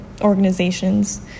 organizations